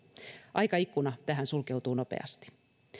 aikaikkuna tähän sulkeutuu nopeasti